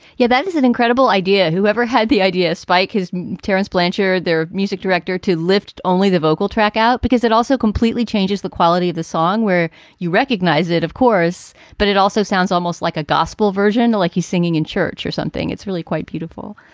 yeah, that is an incredible idea. whoever had the idea. spike his terrence blancher, their music director, to lift only the vocal track out because it also completely changes the quality of the song where you recognize it, of course. but it also sounds almost like a gospel version, like you singing in church or something. it's really quite beautiful.